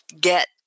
get